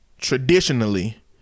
traditionally